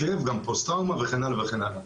גם פוסט טראומה וכן הלאה.